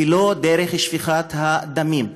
ולא דרך שפיכת הדמים,